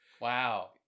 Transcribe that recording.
wow